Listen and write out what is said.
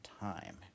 time